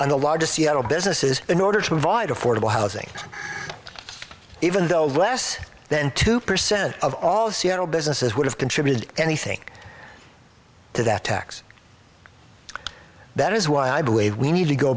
on the largest seattle businesses in order to provide affordable housing even those less than two percent of all seattle businesses would have contributed anything to that tax that is why i believe we need to go